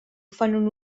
fan